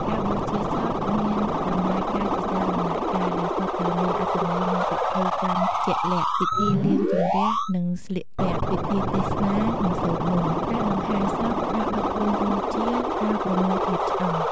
ការបូជាសពមានដំណើរការជាច្រើនដំណាក់កាល ដែលសុទ្ធតែមានអត្ថន័យ និងពិធីកម្មជាក់លាក់ ពិធីលាងចម្អះ និងស្លៀកពាក់ ពិធីទេសនា និងសូត្រមន្ត ការដង្ហែសព ការអុជភ្លើងបូជា ការប្រមូលធាតុឆ្អឹង។